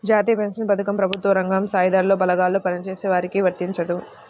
జాతీయ పెన్షన్ పథకం ప్రభుత్వ రంగం, సాయుధ బలగాల్లో పనిచేసే వారికి వర్తించదు